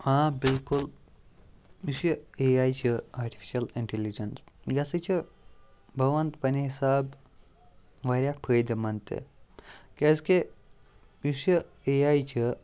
آ بِلکُل مےٚ چھِ اے آے چھِ آٹِفِشَل اِنٹیٚلِجَنس یہِ ہَسا چھِ بہٕ وَنہٕ پَننہِ حَساب واریاہ فٲیدٕ مَنٛد تِکیازکہِ یُس یہِ اے آے چھِ